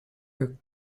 her